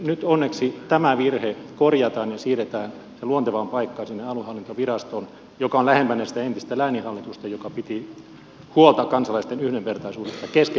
nyt onneksi tämä virhe korjataan ja kirjastotoimi siirretään luontevaan paikkaan sinne aluehallintovirastoon joka on lähempänä sitä entistä lääninhallitusta joka piti huolta kansalaisten yhdenvertaisuudesta keskeisten palvelujen osalta